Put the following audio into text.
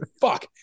fuck